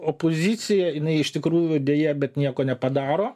opozicija jinai iš tikrųjų deja bet nieko nepadaro